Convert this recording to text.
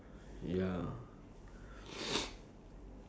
like so that the parents won't like pressure them lah to get like